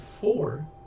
four